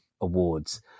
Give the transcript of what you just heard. Awards